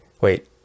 wait